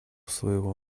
своего